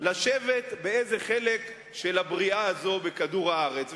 לשבת באיזה חלק של הבריאה הזאת בכדור-הארץ.